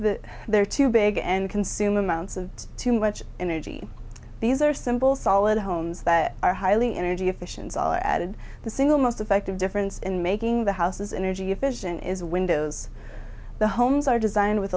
that they're too big and consume amounts of too much energy these are simple solid homes that are highly energy efficiency all added the single most effective difference in making the houses energy efficient is windows the homes are designed w